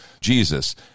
Jesus